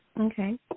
Okay